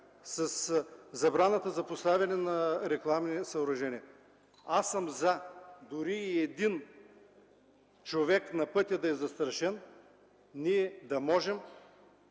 – забраната за поставяне на рекламни съоръжения. Аз съм за – дори и един човек на пътя да е застрашен, ние да можем